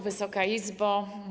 Wysoka Izbo!